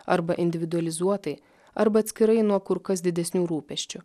arba individualizuotai arba atskirai nuo kur kas didesnių rūpesčių